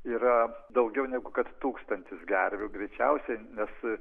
yra daugiau negu kad tūkstantis gervių greičiausiai nes